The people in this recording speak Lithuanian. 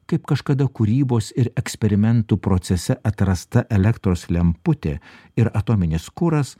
kaip kažkada kūrybos ir eksperimentų procese atrasta elektros lemputė ir atominis kuras